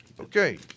Okay